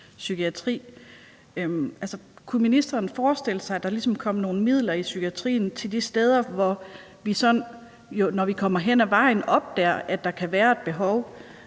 kunne ministeren så forestille sig, at der kom nogen midler i psykiatrien til de steder, hvor vi sådan, når vi kommer hen ad vejen, opdager, at der kan være et behov,